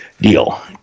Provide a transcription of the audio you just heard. Deal